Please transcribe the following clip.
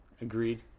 Agreed